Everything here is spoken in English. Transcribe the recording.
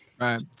Right